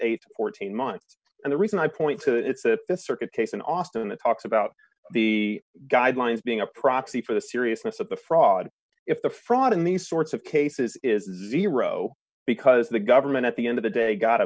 a fourteen months and the reason i point to the circuit case in austin that talks about the guidelines being a proxy for the seriousness of the fraud if the fraud in these sorts of cases is the hero because the government at the end of the day got a